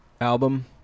album